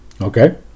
Okay